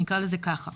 אני אקרא לזה ככה.